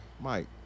Mike